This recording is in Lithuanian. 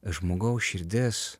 žmogaus širdis